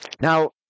Now